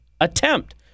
attempt